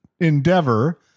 endeavor